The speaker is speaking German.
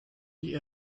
die